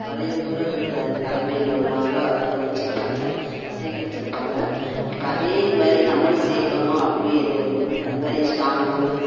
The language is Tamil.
பழைய முறை த தலைமைல உள்ளவங்கள் அதுமாதிரி வச்சிருப்பாங்க சேகரிச்சுருப்பாங்கள் இப்போ அதேமாதிரி நம்மளும் சேர்க்கணும் அப்படி எது அதுமாதிரி ஸ்டாம்பு